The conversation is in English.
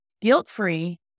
guilt-free